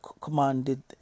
commanded